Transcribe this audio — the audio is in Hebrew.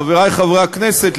חברי חברי הכנסת,